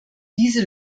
diese